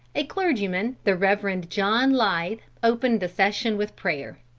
a clergyman, the reverend john leythe, opened the session with prayer.